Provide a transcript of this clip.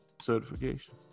certification